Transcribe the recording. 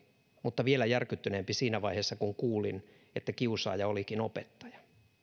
mutta vielä järkyttyneempi siinä vaiheessa kun kuulin että kiusaaja olikin opettaja